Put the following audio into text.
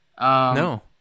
No